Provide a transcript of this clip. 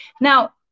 Now